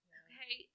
okay